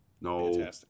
No